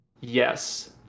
yes